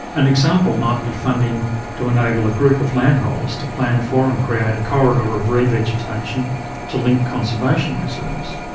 an example might be funding to enable a group of landholders to plan for and create a corridor of re-vegetation to link conservation reserves.